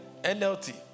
NLT